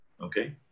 okay